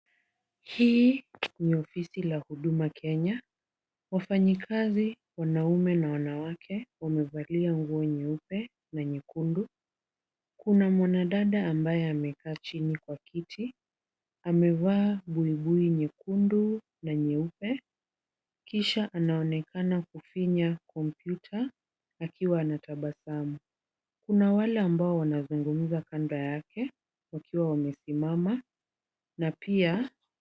Hii ni ofisi la Huduma Kenya, wafanyikazi wanaume na wanawake wamevalia nguo nyeupe na nyekundu. Kuna mwanadada ambaye amekaa chini kwa kiti, amevaa buibui nyekundu na nyeupe kisha anaonekana kufinya kompyuta akiwa anatabasamu. Kuna wale ambao wanazungumza kando yake wakiwa wamesimama na pia.